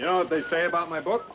you know they say about my book